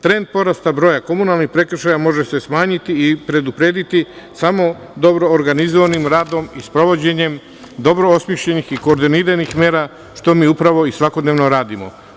Trend porasta broja komunalnih prekršaja može se smanjiti i preduprediti samo dobro organizovanim radom i sprovođenjem dobro osmišljenih i koordiniranih mera što mi upravo i svakodnevno radimo.